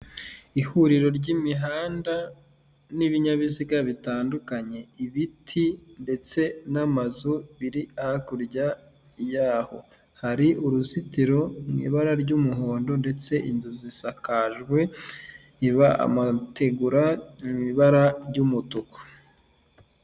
Ihuriro ry'imihanda n'ibinyabiziga bitandukanye, ibiti ndetse n'amazu biri hakurya yaho. Hari uruzitiro mu ibara ry'umuhondo ndetse inzu zisakajwe amategura mu ibara ry'umutuku.